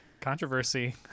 controversy